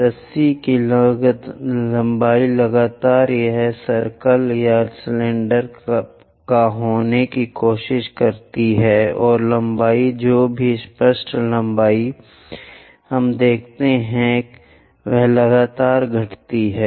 रस्सी की लंबाई लगातार यह सर्कल या सिलेंडर का होने की कोशिश करती है और लंबाई जो भी स्पष्ट लंबाई हम देखते हैं कि लगातार घटती जा रही है